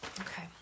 Okay